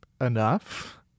enough